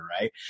Right